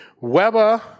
Weber